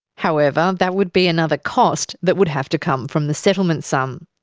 however, that would be another cost that would have to come from the settlement sum.